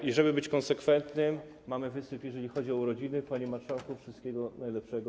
I żeby być konsekwentnym - mamy wysyp, jeżeli chodzi o urodziny - panie marszałku, wszystkiego najlepszego.